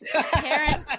Parents